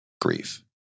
grief